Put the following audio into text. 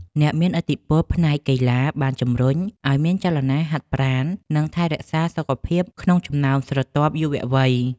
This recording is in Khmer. អ្នកមានឥទ្ធិពលផ្នែកកីឡាបានជំរុញឱ្យមានចលនាហាត់ប្រាណនិងការថែរក្សាសុខភាពក្នុងចំណោមស្រទាប់យុវវ័យ។